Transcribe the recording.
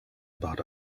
about